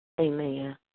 Amen